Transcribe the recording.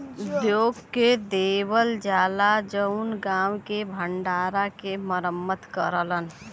उद्योग के देवल जाला जउन गांव के भण्डारा के मरम्मत करलन